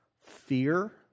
fear